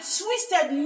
twisted